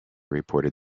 reported